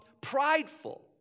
prideful